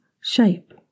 shape